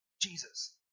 Jesus